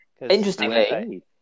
interestingly